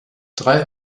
drei